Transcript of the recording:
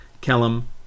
Callum